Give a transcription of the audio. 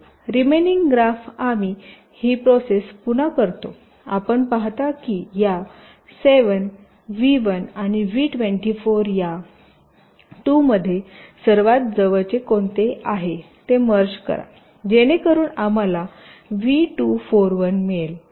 remaining graph आम्ही ही process पुन्हा करतो आपण पाहता की या 7 V1 आणि व्ही 24 या 2 मध्ये सर्वात जवळचे कोणते आहे ते मर्ज करा जेणेकरुन आम्हाला V241 मिळेल